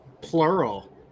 plural